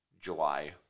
July